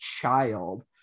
child